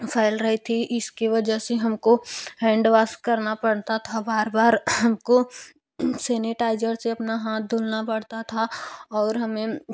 फैल रही थी इसकी वजह से हमको हैंड वाश करना पड़ता था बार बार हमको सेनेटाइजर से अपना हाथ धुलना पड़ता था और हमें